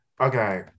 Okay